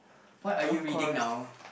what are you reading now